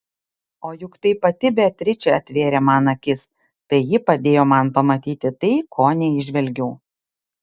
o juk tai pati beatričė atvėrė man akis tai ji padėjo man pamatyti tai ko neįžvelgiau